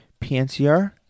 PNCR